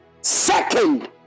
Second